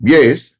Yes